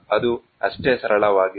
ಅದು ಅಷ್ಟೇ ಸರಳವಾಗಿದೆ